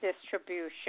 distribution